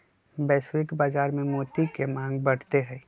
वैश्विक बाजार में मोती के मांग बढ़ते हई